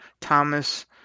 Thomas